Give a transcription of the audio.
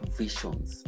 visions